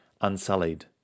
unsullied